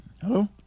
hello